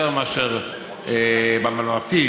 מאשר לממלכתי,